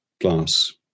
glass